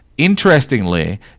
Interestingly